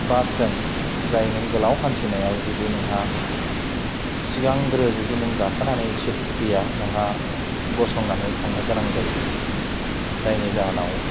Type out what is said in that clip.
बासजों जाय नों गोलाव हान्थिनायाव जुदि नोंहा सिगांग्रो जुदि नों गाखोनानै सिथ गैया नोंहा गसंनानै थांनो गोनां जायो जायनि जाहोनाव